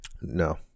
No